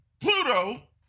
Pluto